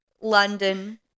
London